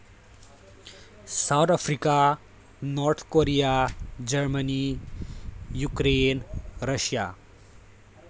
South Africa North Korea Germany Ukraine Russia